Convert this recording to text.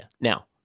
Now